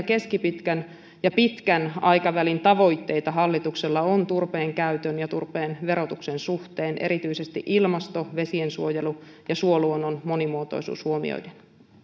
keskipitkän ja pitkän aikavälin tavoitteita hallituksella on turpeen käytön ja turpeen verotuksen suhteen erityisesti ilmasto vesiensuojelu ja suoluonnon monimuotoisuus huomioiden